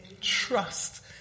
Trust